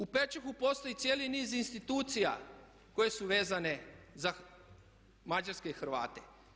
U Pečuhu postoji cijeli niz institucija koje su vezane za mađarske Hrvate.